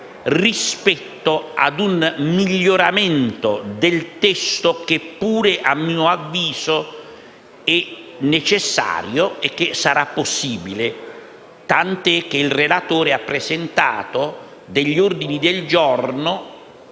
rispetto a un miglioramento del testo che pure, a mio avviso, è necessario e che sarà possibile, tant'è che il relatore ha presentato alcuni ordini del giorno